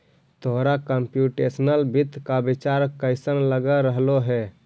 तोहरा कंप्युटेशनल वित्त का विचार कइसन लग रहलो हे